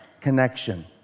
connection